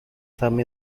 some